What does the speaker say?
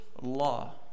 law